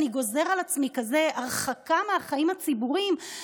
אני גוזר על עצמי הרחקה מהחיים הציבוריים,